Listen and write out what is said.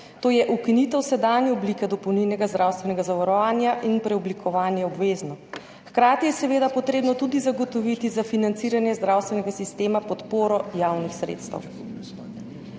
to je ukinitev sedanje oblike dopolnilnega zdravstvenega zavarovanja in preoblikovanje v obvezno. Hkrati je seveda potrebno tudi zagotoviti za financiranje zdravstvenega sistema podporo javnih sredstev.